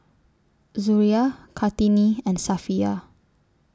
Suria Kartini and Safiya